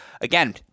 Again